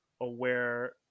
aware